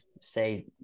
say